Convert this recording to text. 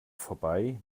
vorbei